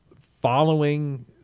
following